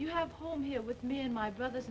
you have a home here with me and my brother